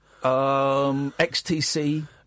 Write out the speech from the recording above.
XTC